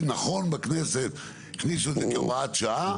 נכון בכנסת הכניסו את זה כהוראת שעה,